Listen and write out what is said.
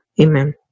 Amen